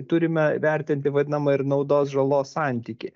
turime vertinti vadinamą ir naudos žalos santykį